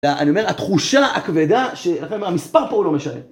אני אומר, התחושה הכבדה שלכם, המספר פה לא משנה.